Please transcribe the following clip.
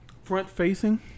Front-facing